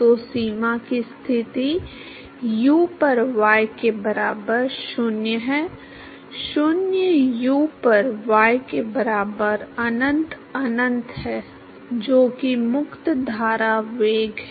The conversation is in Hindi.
तो सीमा की स्थिति u पर y के बराबर 0 है 0 u पर y के बराबर अनंत अनंत है जो कि मुक्त धारा वेग है